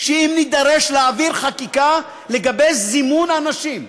שאם נידרש להעביר חקיקה לגבי זימון אנשים,